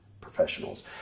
professionals